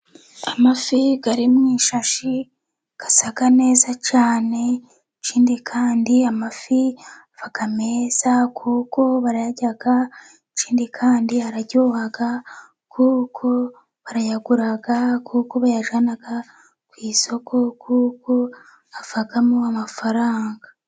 Amafi ari mu ishashi asa neza cyane ikindi kandi amafi aba meza kuko barayarya, ikindi kandi araryoha kuko barayagura kuko bayajyana ku isoko kuko avamo amafaranga.